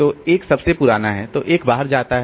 तो 1 सबसे पुराना है तो 1 बाहर जाता है